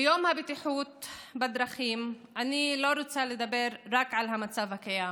ביום הבטיחות בדרכים אני לא רוצה לדבר רק על המצב הקיים